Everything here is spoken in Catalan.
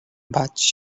vaig